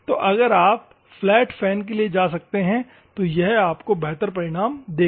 तो अगर आप फ्लैट फैन के लिए जा सकते हैं तो यह आपको बेहतर परिणाम देगा